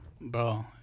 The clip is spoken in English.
Bro